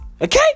Okay